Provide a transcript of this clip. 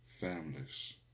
families